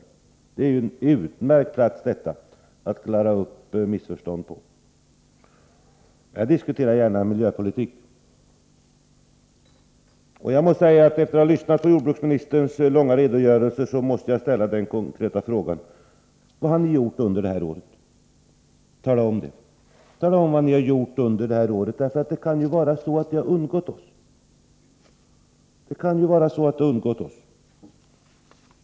Detta är ju en utmärkt plats att klara upp missförstånd på. Jag diskuterar gärna miljöpolitik, och efter att ha lyssnat på jordbruksministerns långa redogörelse måste jag ställa den konkreta frågan: Vad har ni gjort under det här året? Tala om det, för det kan ju vara så att det har undgått oss.